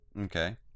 Okay